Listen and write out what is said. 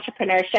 entrepreneurship